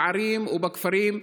בערים ובכפרים,